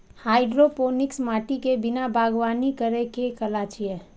hydroponics माटि के बिना बागवानी करै के कला छियै